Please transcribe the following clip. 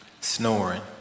Snoring